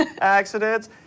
accidents